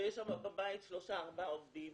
ויש שם בבית שלושה-ארבעה עובדים,